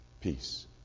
peace